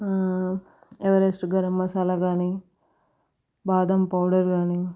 Everest garam masala కాని బాదం powder కాని